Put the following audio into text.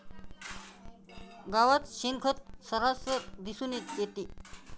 गावात शेणखत सर्रास दिसून येते